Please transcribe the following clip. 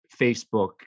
Facebook